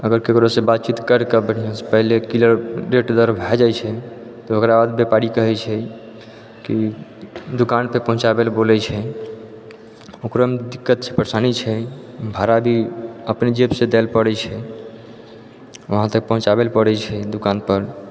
अगर ककरो सँ बात चीत करके बढ़िऑं सँ पहिले क्लियर रेट दर भए जाइ छै तऽ ओकराबाद व्यापारी कहै छै की दुकान पे पहुँचाबैला बोलै छै ओकरा मे दिक्कत छै परेशानी छै भाड़ा भी अपने जेब सँ दैल परै छै वहाँतक पहुँचाबैला परै छै दुकान पर